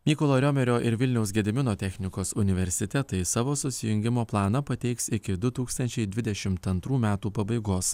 mykolo riomerio ir vilniaus gedimino technikos universitetai savo susijungimo planą pateiks iki du tūkstančiai dvidešimt antrų metų pabaigos